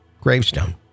gravestone